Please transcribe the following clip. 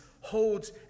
holds